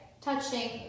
touching